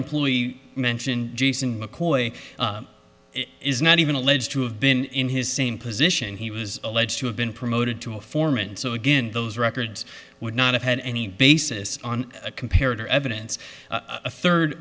employee mention jason mccoy is not even alleged to have been in his same position he was alleged to have been promoted to a foreman so again those records would not have had any basis on a comparative evidence a third